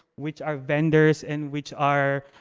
which are vendors and which are,